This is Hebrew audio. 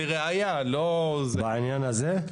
בעניין הזה?